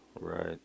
Right